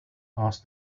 asked